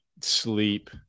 sleep